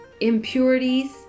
impurities